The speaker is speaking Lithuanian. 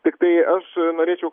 tiktai aš norėčiau